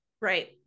Right